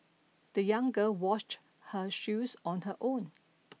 the young girl washed her shoes on her own